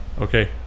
Okay